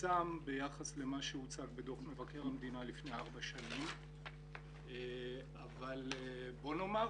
מצומצם ביחס למה שהוצג בדוח מבקר המדינה לפני ארבע שנים אבל בואו נאמר